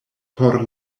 por